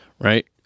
right